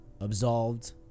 absolved